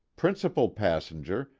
principal passenger,